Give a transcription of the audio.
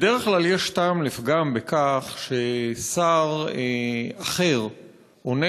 בדרך כלל יש טעם לפגם בכך ששר אחר עונה